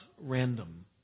random